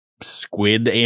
squid